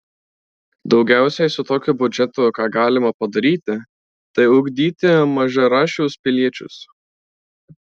daugiausiai su tokiu biudžetu ką galima padaryti tai ugdyti mažaraščius piliečius